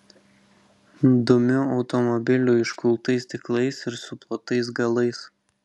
dumiu automobiliu iškultais stiklais ir suplotais galais